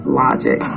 logic